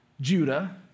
Judah